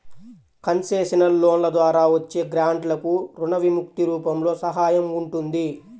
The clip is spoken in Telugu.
కన్సెషనల్ లోన్ల ద్వారా వచ్చే గ్రాంట్లకు రుణ విముక్తి రూపంలో సహాయం ఉంటుంది